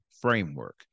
Framework